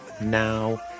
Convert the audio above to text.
Now